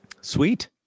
sweet